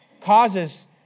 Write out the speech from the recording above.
causes